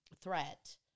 threat